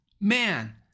man